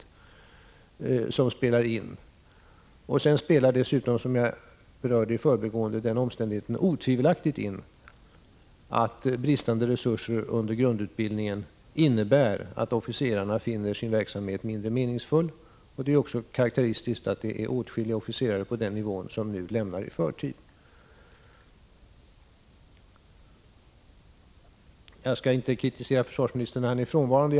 Dessutom spelar den omständigheten otvivelaktigt in som jag i förbigående berörde, nämligen att brist på resurser under grundutbildningen får till följd att officerarna finner sin verksamhet mindre meningsfull. Det är också karakteristiskt att åtskilliga officerare på den nivån nu lämnar försvaret i förtid. Jag skall inte kritisera försvarsministern när han är frånvarande.